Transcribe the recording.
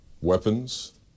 weapons